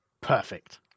Perfect